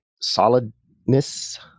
solidness